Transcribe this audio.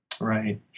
Right